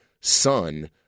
son